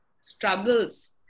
struggles